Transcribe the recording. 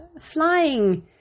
flying